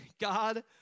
God